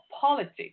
politics